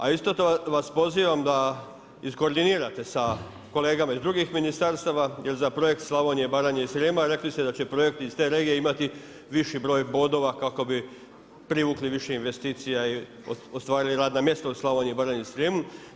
A isto tako vas pozivam da iskoordinirate sa kolegama iz drugih ministarstava jer za projekt Slavonije, Baranje i Srijema, rekli ste da će projekti iz te regije imati viši broj bodova kako bi privukli više investicija i ostvarili radna mjesta u Slavoniji i Baranji i Srijemu.